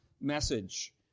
message